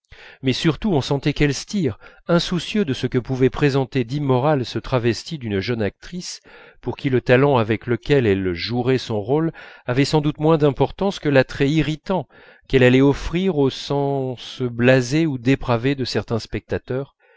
mais surtout on sentait qu'elstir insoucieux de ce que pouvait présenter d'immoral ce travesti d'une jeune actrice pour qui le talent avec lequel elle jouerait son rôle avait sans doute moins d'importance que l'attrait irritant qu'elle allait offrir aux sens blasés ou dépravés de certains spectateurs